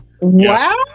Wow